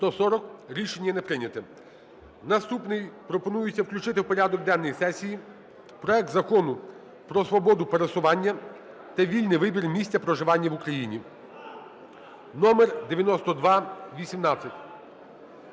Наступний. Пропонується включити в порядок денний сесії проект Закону про свободу пересування та вільний вибір місця проживання в Україні